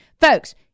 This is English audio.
Folks